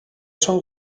són